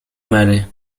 mary